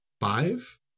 five